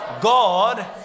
God